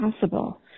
possible